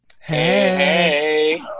Hey